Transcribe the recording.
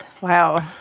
Wow